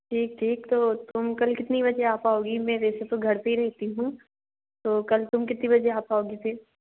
ठीक ठीक तो तुम कल कितने बजे आ पाओगी मैं वैसे तो घर पे ही रहती हूँ तो कल तुम कितने बजे आ पाओगी फिर